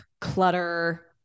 clutter